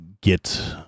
get